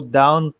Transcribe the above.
down